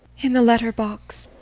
in the letter-box.